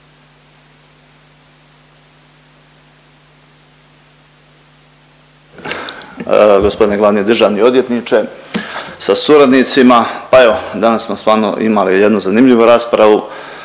Gospodine glavni državni odvjetniče sa suradnicima. Pa evo danas smo stvarno imali jednu zanimljivu raspravu.